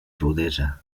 rudesa